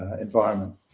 environment